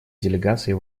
делегацией